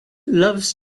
loves